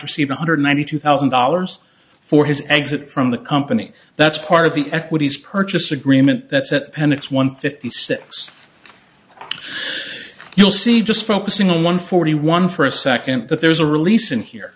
receive one hundred ninety two thousand dollars for his exit from the company that's part of the equities purchase agreement that's at penn it's one fifty six you'll see just focusing on one forty one for a second but there's a release in here